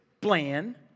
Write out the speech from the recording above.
plan